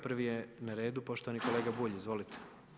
Prvi je na redu poštovani kolega Bulj, izvolite.